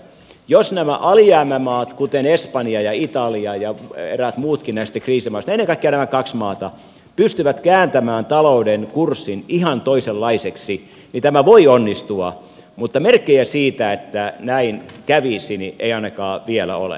jos nämä alijäämämaat kuten espanja ja italia ja eräät muutkin näistä kriisimaista ennen kaikkea nämä kaksi maata pystyvät kääntämään talouden kurssin ihan toisenlaiseksi tämä voi onnistua mutta merkkejä siitä että näin kävisi ei ainakaan vielä ole